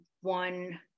one